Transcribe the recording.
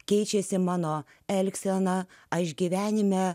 keičiasi mano elgsena aš gyvenime